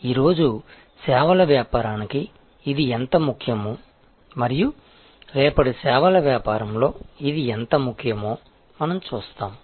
ఈరోజు సేవల వ్యాపారానికి ఇది ఎంత ముఖ్యమో మరియు రేపటి సేవల వ్యాపారంలో ఇది ఎంత ముఖ్యమో మనం చూస్తాము